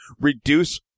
reduce